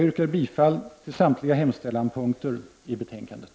Jag yrkar bifall till samtliga hemställanspunkter i betänkandet.